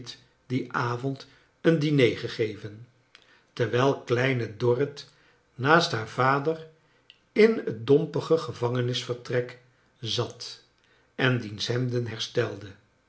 dien avond een diner gegeven terwijl kleine dorrit naast haar vader in het dompige gevangenisvertrek zai en diens hemden herstelde